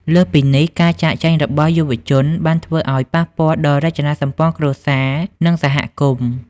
លើសពីនេះ ការចាកចេញរបស់យុវជនបានធ្វើឲ្យប៉ះពាល់ដល់រចនាសម្ព័ន្ធគ្រួសារ និងសហគមន៍។